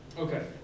Okay